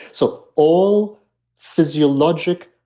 so all physiologic,